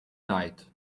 night